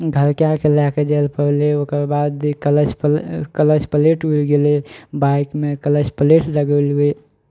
ढलकाए कऽ लए कऽ जाए लए पड़लै ओकर बाद कलच पले कलच पलेट उड़ि गेलै बाइकमे कलच पलेट लगौलियै